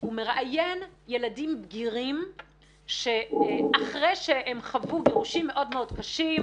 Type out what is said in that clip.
הוא מראיין ילדים בגירים שאחרי שהם חוו גירושים מאוד-מאוד קשים,